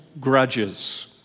grudges